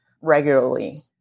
regularly